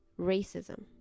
racism